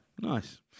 Nice